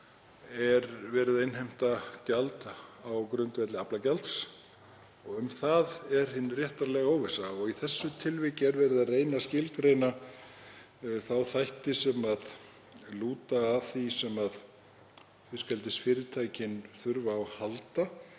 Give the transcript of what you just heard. er verið að innheimta gjald á grundvelli aflagjalds. Um það er hin réttarlega óvissa. Í þessu tilviki er verið að reyna að skilgreina þá þætti sem lúta að því sem fiskeldisfyrirtækin þurfa á að